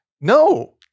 No